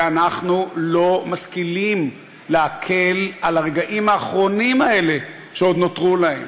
ואנחנו לא משכילים להקל את הרגעים האחרונים האלה שעוד נותרו להם.